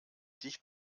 dich